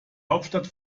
hauptstadt